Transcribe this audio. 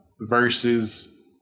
versus